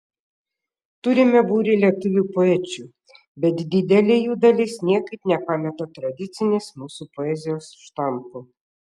turime būrį lietuvių poečių bet didelė jų dalis niekaip nepameta tradicinės mūsų poezijos štampų